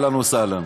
אהלן וסהלן,